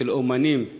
של אמנים מבוגרים,